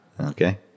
Okay